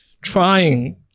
trying